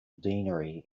deanery